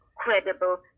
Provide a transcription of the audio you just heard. Credible